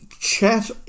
chat